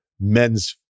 men's